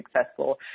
successful